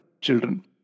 children